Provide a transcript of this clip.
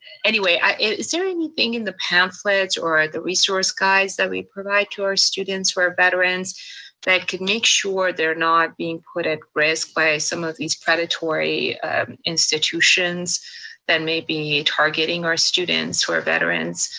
anyway, is there anything in the pamphlets or the resource guys that we provide to our students who are veterans that could make sure they're not being put at risk by some of these predatory institutions then may be targeting our students who are veterans?